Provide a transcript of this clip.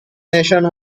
nation